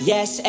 Yes